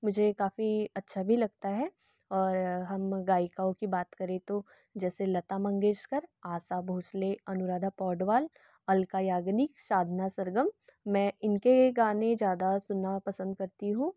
मुझे काफ़ी अच्छा भी लगता है और हम गायिकाओं की बात करें तो जैसे लता मंगेशकर आशा भोसले अनुराधा पौडवाल अलका यागनिक साधना सरगम मैं इनके गाने ज़्यादा सुनना पसंद करती हूँ